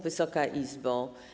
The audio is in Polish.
Wysoka Izbo!